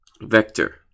vector